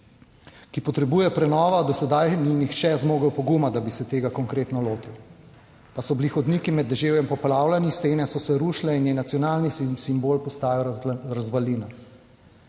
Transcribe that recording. ki potrebuje prenovo. Do sedaj ni nihče zmogel poguma, da bi se tega konkretno lotil, pa so bili hodniki med deževjem poplavljeni, stene so se rušile in je nacionalni simbol, postaja razvalina.